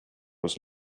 was